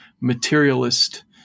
materialist